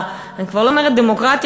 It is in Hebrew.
אני כבר לא אומרת בדמוקרטיה,